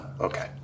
Okay